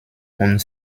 und